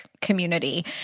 community